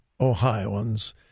Ohioans